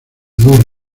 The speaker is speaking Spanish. dos